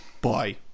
Bye